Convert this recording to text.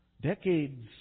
decades